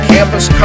Campus